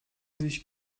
sich